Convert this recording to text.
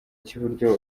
cy’iburyo